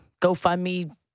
GoFundMe